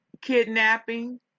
kidnapping